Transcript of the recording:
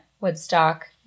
Woodstock